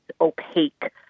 opaque